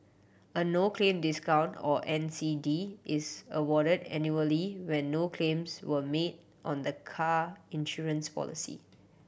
a no claim discount or N C D is awarded annually when no claims were made on the car insurance policy